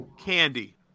candy